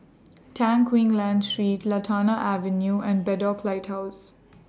Tan Quee Lan Street Lantana Avenue and Bedok Lighthouse